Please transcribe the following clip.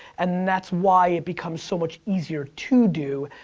and that's why it becomes so much easier to do,